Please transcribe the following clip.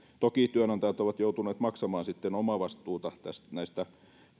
toki työnantajat ovat joutuneet maksamaan sitten omavastuuta näistä